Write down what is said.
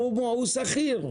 הוא שכיר,